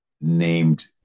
named